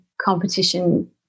competition